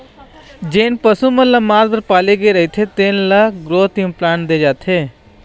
जेन पशु मन ल मांस बर पाले गे रहिथे तेन ल ग्रोथ इंप्लांट दे जाथे